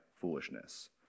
foolishness